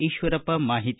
ಈಶ್ವರಪ್ಪ ಮಾಹಿತಿ